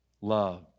Love